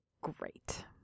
great